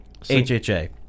HHA